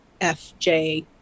F-J